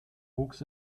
wuchs